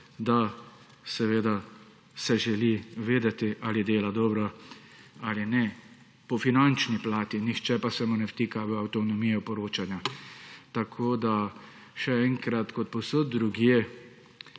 da seveda se želi vedeti ali dela dobro ali ne po finančni plati. Nihče pa se mu ne vtika v avtonomijo poročanja. Še enkrat, kot povsod drugje,